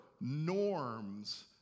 norms